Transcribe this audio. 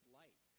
light